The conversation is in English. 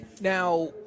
Now